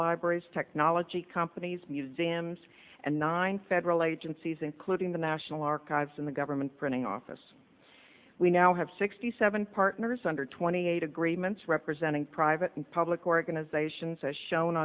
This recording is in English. libraries technology companies museums and nine federal agencies including the national archives in the government printing office we now have sixty seven partners under twenty eight agreements representing private and public organizations as shown